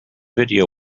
video